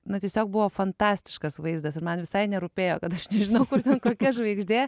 na tiesiog buvo fantastiškas vaizdas ir man visai nerūpėjo kad aš nežinau kur ten kokia žvaigždė